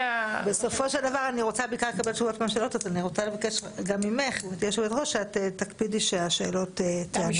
אני רוצה לבקש ממך להקפיד שהשאלות ייענו.